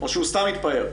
או שהוא סתם התפאר.